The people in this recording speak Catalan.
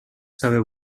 saber